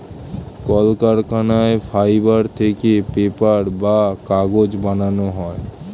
কলকারখানায় ফাইবার থেকে পেপার বা কাগজ বানানো হয়